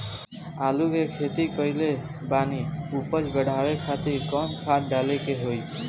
आलू के खेती कइले बानी उपज बढ़ावे खातिर कवन खाद डाले के होई?